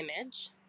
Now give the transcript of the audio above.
image